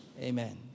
Amen